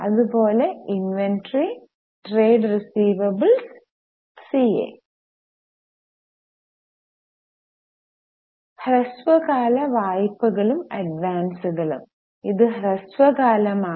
അത് പോലെ inventory trade receivables C A ഹ്രസ്വകാല വായ്പകളും അഡ്വാൻസുകളും ഇത് ഹ്രസ്വകാലമാണ്